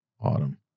Autumn